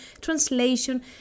translation